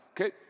okay